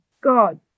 God